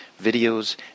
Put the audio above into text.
videos